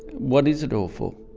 what is it all for?